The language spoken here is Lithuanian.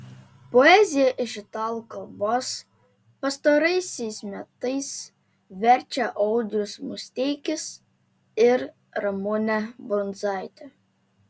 poeziją iš italų kalbos pastaraisiais metais verčia audrius musteikis ir ramunė brundzaitė